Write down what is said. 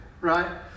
Right